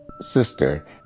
sister